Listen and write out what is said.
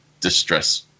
distress